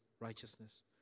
righteousness